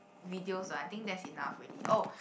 videos lah I think that's enough already oh